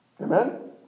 Amen